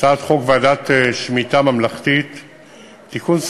הצעת חוק ועדת שמיטה ממלכתית (תיקון,